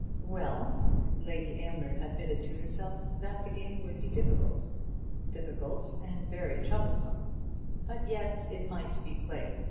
well lady aylmer admitted to herself that the game would be difficult difficult and very troublesome but yet it might be played,